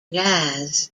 jazz